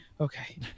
Okay